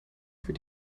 für